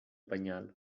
penyal